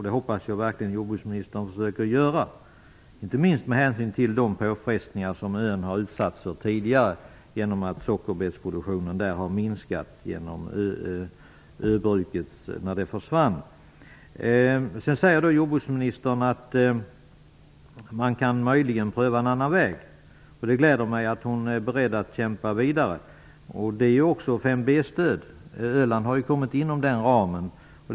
Det hoppas jag verkligen att jordbruksministern försöker göra - inte minst med hänsyn till de påfrestningar som ön har utsatts för tidigare genom att sockerbetsproduktionen försvann. Jordbruksministern säger att man möjligen kan pröva en annan väg. Det gläder mig att hon är beredd att kämpa vidare. Öland har hamnat inom ramen för 5 B-stöd.